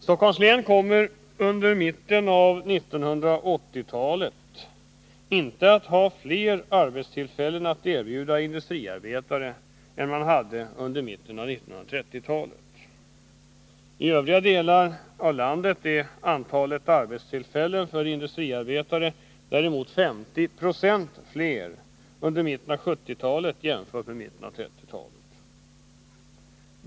Stockholms län kommer under mitten av 1980-talet inte att ha fler arbetstillfällen att erbjuda industriarbetare än man hade under mitten av 1930-talet. I övriga delar av landet var antalet arbetstillfällen för industriarbetare däremot 50 26 större under mitten av 1970-talet jämfört med mitten av 1930-talet.